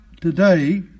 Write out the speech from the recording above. today